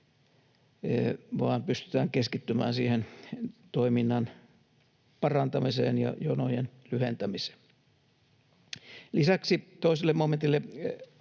vaan pystytään keskittymään toiminnan parantamiseen ja jonojen lyhentämiseen. Lisäksi toiselle momentille,